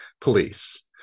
police